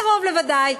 קרוב לוודאי,